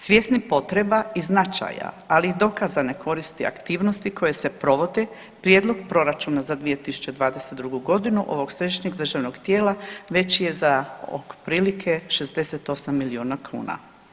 Svjesni potreba i značaja, ali i dokazane koristi i aktivnosti koje se provode Prijedlog proračuna za 2022. godinu ovog središnjeg državnog tijela veći je za od prilike 68 milijuna kuna.